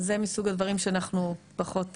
זה מסוג הדברים שאנחנו פחות,